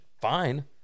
fine